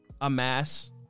amass